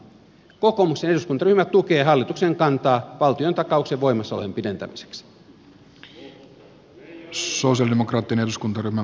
kokoomuksen eduskuntaryhmä tukee hallituksen kantaa valtiontakauksen voimassaoloajan pidentämiseksi